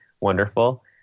wonderful